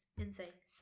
insane